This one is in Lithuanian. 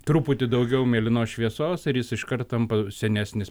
truputį daugiau mėlynos šviesos ir jis iškart tampa senesnis